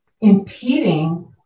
impeding